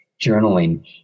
journaling